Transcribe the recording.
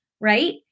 Right